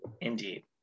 Indeed